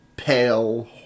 Pale